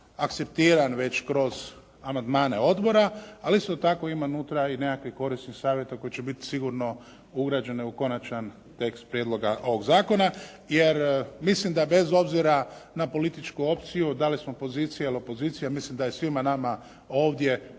akceptiran već kroz amandmane odbora, ali isto tako ima unutra i nekakvih korisnih savjeta koji će biti sigurno ugrađene u konačan tekst prijedloga ovoga zakona, jer mislim da bez obzira na političku opciju dali smo pozicija ili opozicija mislim da je svima nama ovdje